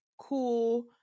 cool